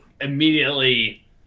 immediately